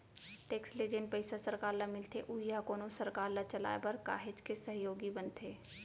tax ले जेन पइसा सरकार ल मिलथे उही ह कोनो सरकार ल चलाय बर काहेच के सहयोगी बनथे